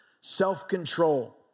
self-control